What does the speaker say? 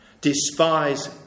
despise